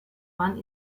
mann